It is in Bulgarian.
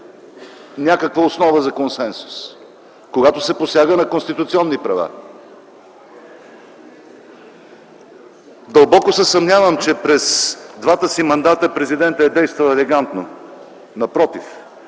някаква основа за консенсус, когато се посяга на конституционни права? Дълбоко се съмнявам, че през двата си мандата президентът е действал елегантно. Напротив,